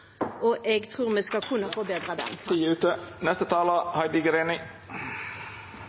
og jeg tror vi skal kunne forbedre den. Taletida er ute.